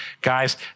guys